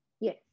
Yes